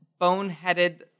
boneheaded